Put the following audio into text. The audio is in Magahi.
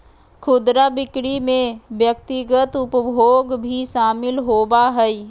खुदरा बिक्री में व्यक्तिगत उपभोग भी शामिल होबा हइ